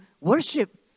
worship